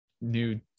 new